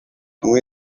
kunywa